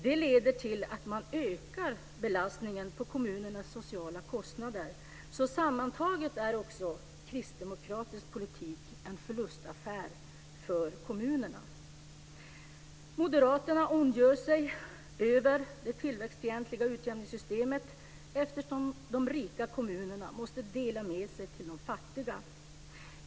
Det leder till att man ökar belastningen på kommunernas sociala kostnader. Så sammantaget är också kristdemokratisk politik en förlustaffär för kommunerna. Moderaterna ondgör sig över det tillväxtfientliga utjämningssystemet, eftersom de rika kommunerna måste dela med sig till de fattiga.